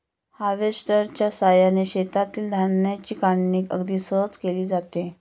हार्वेस्टरच्या साहाय्याने शेतातील धान्याची काढणी अगदी सहज केली जाते